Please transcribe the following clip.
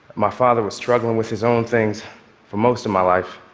my father was struggling with his own things for most of my life.